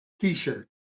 t-shirt